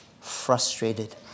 frustrated